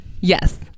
yes